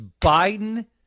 Biden